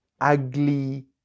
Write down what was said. ugly